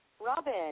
Robin